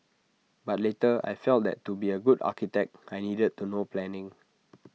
but later I felt that to be A good architect I needed to know planning